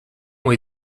ont